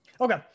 Okay